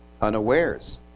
Unawares